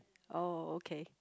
oh okay